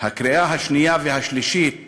והקריאה השנייה והשלישית